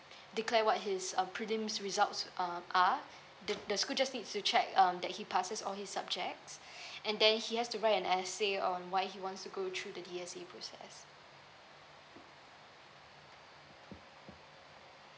declare what his uh prelims results uh are the the school just need to check um that he passes all his subjects and then he has to write an essay on why he wants to go through the D_S_A process